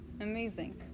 Amazing